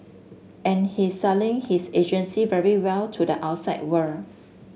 and he's selling his agency very well to the outside world